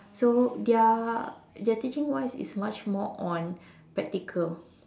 so their their teaching wise is much more on practical